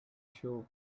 show